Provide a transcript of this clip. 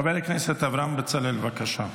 חבר הכנסת אברהם בצלאל, בבקשה,